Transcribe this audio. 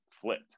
flipped